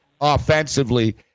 offensively